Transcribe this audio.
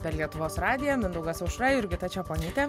per lietuvos radiją mindaugas aušra jurgita čeponytė